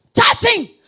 Chatting